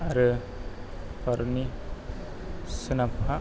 आरो भारतनि सोनाबहा